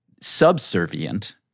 subservient